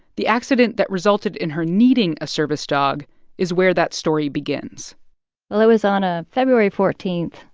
the accident that resulted in her needing a service dog is where that story begins well, it was on ah february fourteen,